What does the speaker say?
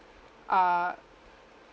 err